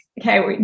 okay